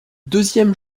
deuxième